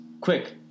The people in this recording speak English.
Quick